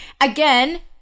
again